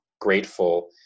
grateful